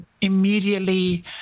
immediately